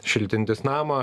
šiltintis namą